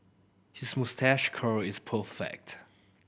his moustache curl is perfect